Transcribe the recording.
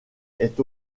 est